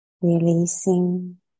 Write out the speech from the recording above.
releasing